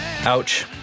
Ouch